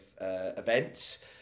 events